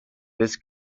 this